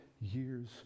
years